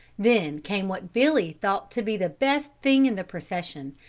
then came what billy thought to be the best thing in the procession,